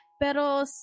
Pero